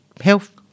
health